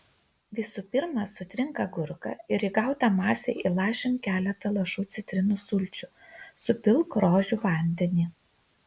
visų pirma sutrink agurką ir į gautą masę įlašink keletą lašų citrinų sulčių supilk rožių vandenį